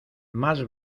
más